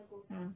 ah